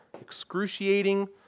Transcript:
excruciating